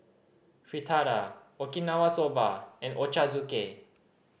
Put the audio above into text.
Fritada Okinawa Soba and Ochazuke